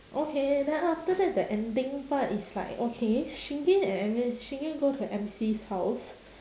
okay then after that the ending part is like okay shingen and M in shingen go to M_C's house